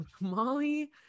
molly